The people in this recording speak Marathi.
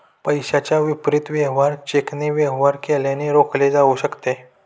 पैशाच्या विपरीत वेवहार चेकने वेवहार केल्याने रोखले जाऊ शकते